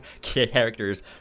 characters